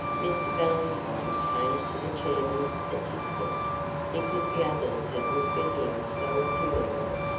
mr. valentine came to the chairman's assistance because the others had looked at him so appealingly.